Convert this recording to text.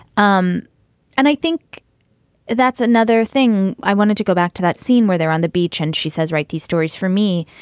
um and i think that's another thing. i wanted to go back to that scene where they're on the beach and she says, write these stories for me.